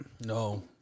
No